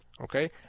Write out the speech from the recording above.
Okay